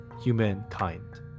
humankind